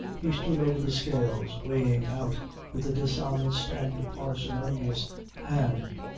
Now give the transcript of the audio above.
he stood over the scales, weighing out with a dishonest and parsimonious hand,